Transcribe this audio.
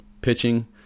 pitching